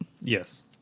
Yes